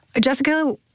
Jessica